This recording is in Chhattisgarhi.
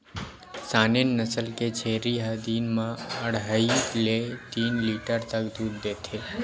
सानेन नसल के छेरी ह दिन म अड़हई ले तीन लीटर तक दूद देथे